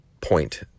point